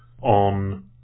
on